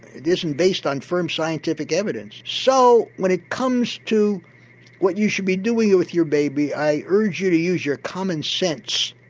it isn't based on firm scientific evidence, so when it comes to what you should be doing with your baby i urge you to use your commonsense.